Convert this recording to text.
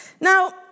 now